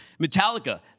Metallica